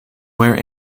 where